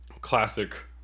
classic